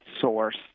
source